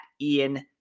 Ian